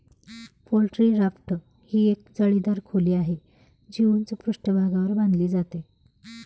poultry raft ही जाळीदार खोली आहे, जी उंच पृष्ठभागावर बांधली जाते